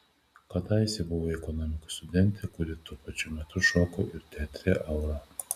kadaise buvai ekonomikos studentė kuri tuo pačiu metu šoko ir teatre aura